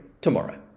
tomorrow